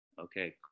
okay